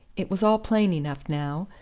it was all plain enough now.